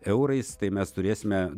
eurais tai mes turėsime